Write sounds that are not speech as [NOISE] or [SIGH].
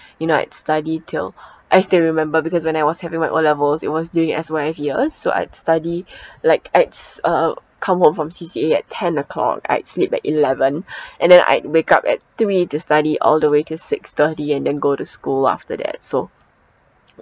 you know I'd study till [BREATH] I still remember because when I was having my O levels it was during S_Y_F years so I'd study [BREATH] like it's uh come home from C_C_A at ten o'clock I'd sleep at eleven [BREATH] and then I wake up at three to study all the way till six-thirty and then go to school after that so